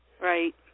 Right